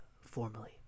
formally